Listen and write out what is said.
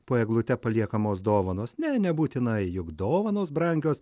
po eglute paliekamos dovanos ne nebūtinai juk dovanos brangios